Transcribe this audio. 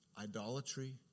idolatry